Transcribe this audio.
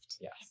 yes